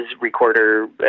recorder